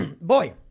Boy